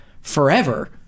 forever